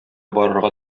барырга